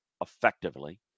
effectively